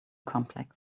complex